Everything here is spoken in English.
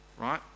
right